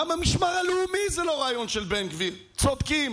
גם המשמר הלאומי זה לא רעיון של בן גביר, צודקים.